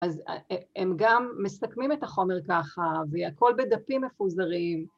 ‫אז הם גם מסתכמים את החומר ככה, ‫והכול בדפים מפוזרים.